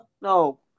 No